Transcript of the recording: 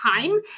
time